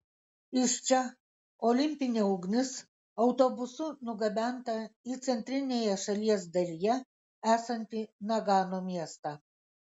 iš čia olimpinė ugnis autobusu nugabenta į centrinėje šalies dalyje esantį nagano miestą